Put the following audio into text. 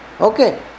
Okay